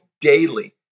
daily